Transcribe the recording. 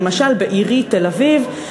למשל בעירי תל-אביב,